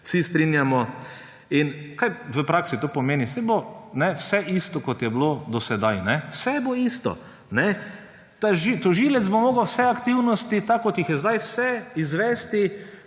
vsi strinjamo. Kaj v praksi to pomeni? Saj bo vse isto, kot je bilo do sedaj. Vse bo isto. Tožilec bo moral vse aktivnosti, tako kot jih je zdaj, izvesti,